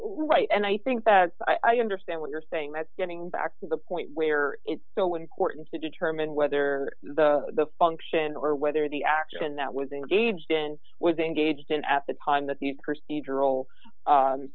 right and i think that i understand what you're saying that getting back to the point where it's so important to determine whether the function or whether the action that was engaged in was engaged in at the time that the procedural